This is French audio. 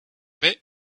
mais